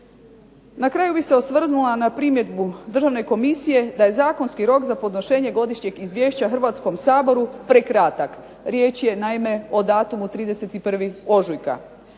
Na kraju bih se osvrnula na primjedbu državne komisije da je zakonski rok za podnošenje godišnjeg izvješća Hrvatskom saboru prekratak. Riječ je naime o datumu 31. ožujka.